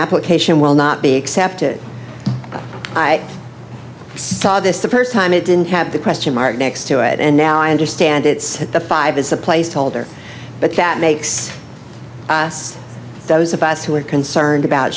application will not be accepted i saw this the first time it didn't have the question mark next to it and now i understand it's a five it's a placeholder but that makes us those of us who are concerned about